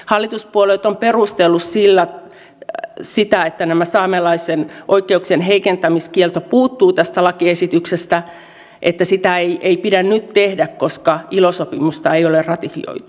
hallituspuolueet ovat perustelleet sillä sitä että saamelaisten oikeuksien heikentämiskielto puuttuu tästä lakiesityksestä että sitä ei pidä nyt tehdä koska ilo sopimusta ei ole ratifioitu